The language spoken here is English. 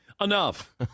Enough